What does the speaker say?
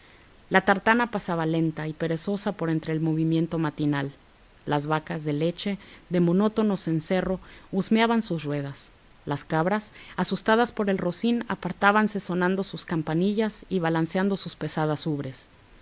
la tartana pasaba lenta y perezosa por entre el movimiento matinal las vacas de leche de monótono cencerro husmeaban sus ruedas las cabras asustadas por el rocín apartábanse sonando sus campanillas y balanceando sus pesadas ubres